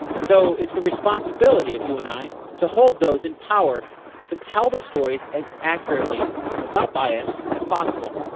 so it's the responsibility of you and i to hold those in power to tell the stories as accurately and without bias as possible.